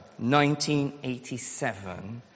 1987